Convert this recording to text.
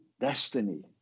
destiny